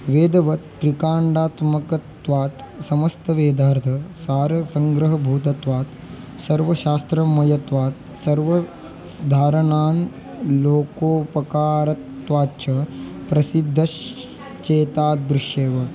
वेदवत् त्रिकाण्डात्मकत्वात् समस्तवेदार्थः सारसङ्ग्रहभूतत्वात् सर्वशास्त्रम्मयत्वात् सर्वसुधारणान् लोकोपकारत्वात् च प्रसिद्धश्चेत् तादृशमेव